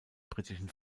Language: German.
britischen